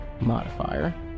modifier